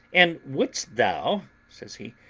and wouldest thou, says he,